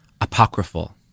Apocryphal